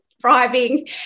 Thriving